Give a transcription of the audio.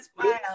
smile